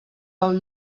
del